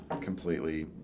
completely